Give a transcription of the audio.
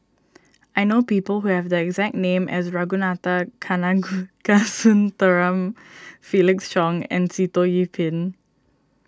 I know people who have the exact name as Ragunathar Kanagasuntheram Felix Cheong and Sitoh Yih Pin